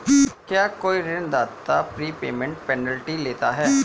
क्या कोई ऋणदाता प्रीपेमेंट पेनल्टी लेता है?